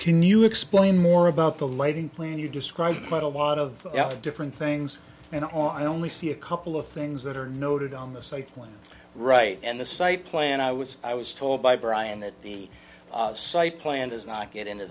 can you explain more about the lighting plan you described but a lot of different things and on only see a couple of things that are noted on the site right and the site plan i was i was told by brian that the site plan does not get into